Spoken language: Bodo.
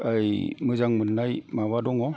ऐ मोजां मोननाय माबा दङ